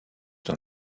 dans